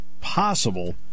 possible